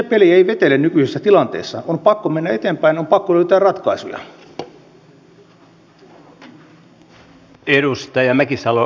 onko nyt ministerin hallinnonalalla suunnitelmia henkilöstön työssäjaksamisen ja työmotivaation kehittämiseen liittyen